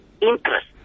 interest